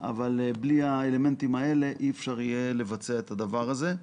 אבל בלי האלמנטים האלה אי אפשר יהיה לבצע את הדבר הזה.